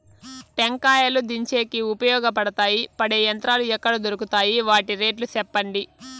టెంకాయలు దించేకి ఉపయోగపడతాయి పడే యంత్రాలు ఎక్కడ దొరుకుతాయి? వాటి రేట్లు చెప్పండి?